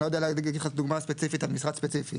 אני יודע להגיד לך דוגמה ספציפית על משרד ספציפי.